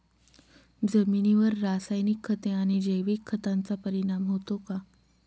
जमिनीवर रासायनिक खते आणि जैविक खतांचा परिणाम होतो का?